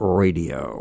radio